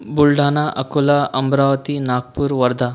Buldhana Akola Amravati Nagpur Wardha